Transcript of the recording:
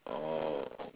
oh